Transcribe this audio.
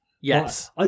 Yes